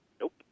Nope